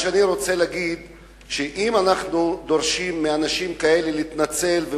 מה שאני רוצה להגיד זה שאם אנחנו דורשים מאנשים כאלה להתנצל,